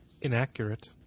inaccurate